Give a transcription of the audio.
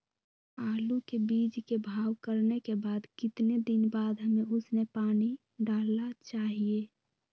आलू के बीज के भाव करने के बाद कितने दिन बाद हमें उसने पानी डाला चाहिए?